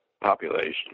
population